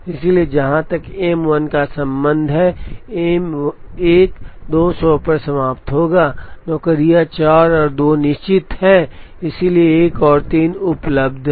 इसलिए जहाँ तक M 1 का संबंध है M 1 200 पर समाप्त होगा नौकरियां 4 और 2 निश्चित हैं इसलिए 1 और 3 उपलब्ध हैं